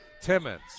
Timmons